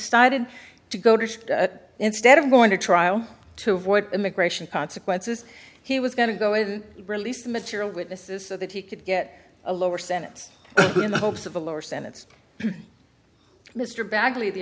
decided to go to instead of going to trial to avoid immigration consequences he was going to go ahead and release the material witnesses so that he could get a lower sentence in the hopes of a lower sentence mr bagley the